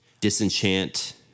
disenchant